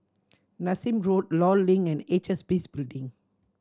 Nassim Road Law Link and H S B C Building